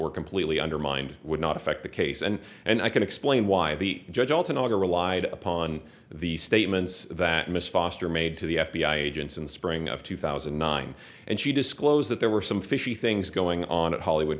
were completely undermined would not affect the case and and i can explain why the judge elton augur relied upon the statements that miss foster made to the f b i agents in the spring of two thousand and nine and she disclosed that there were some fishy things going on at hollywood